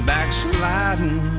Backsliding